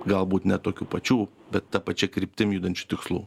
galbūt ne tokių pačių bet ta pačia kryptim judančių tikslų